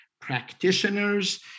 practitioners